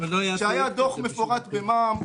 כשהיה דוח מפורט במע"מ,